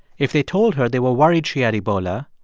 if they told her they were worried she had ebola,